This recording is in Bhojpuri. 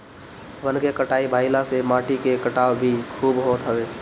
वन के कटाई भाइला से माटी के कटाव भी खूब होत हवे